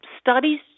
Studies